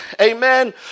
amen